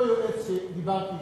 יועץ שדיברתי אתו,